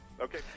Okay